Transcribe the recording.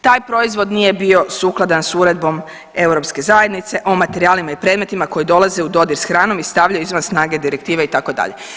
Taj proizvod nije bio sukladan s uredbom Europske zajednice o materijalima i predmetima koji dolaze u dodir s hranom i stavljaju izvan snage direktive itd.